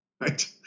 right